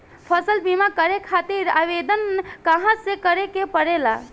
फसल बीमा करे खातिर आवेदन कहाँसे करे के पड़ेला?